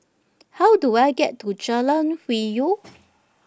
How Do I get to Jalan Hwi Yoh